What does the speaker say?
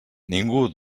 ningú